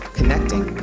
Connecting